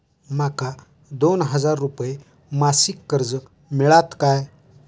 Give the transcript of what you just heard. माका दोन हजार रुपये मासिक कर्ज मिळात काय?